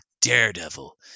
Daredevil